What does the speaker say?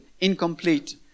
incomplete